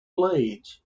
blades